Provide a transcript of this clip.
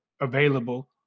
available